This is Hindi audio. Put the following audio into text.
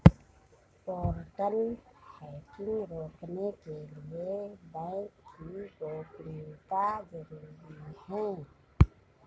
पोर्टल हैकिंग रोकने के लिए बैंक की गोपनीयता जरूरी हैं